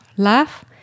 Love